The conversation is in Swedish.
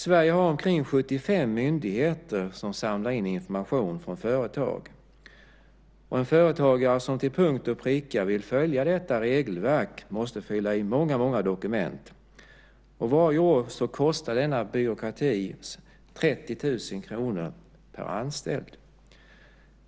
Sverige har omkring 75 myndigheter som samlar in information från företag. En företagare som till punkt och pricka vill följa regelverket måste fylla i många dokument. Varje år kostar denna byråkrati 30 000 kr per anställd.